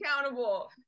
accountable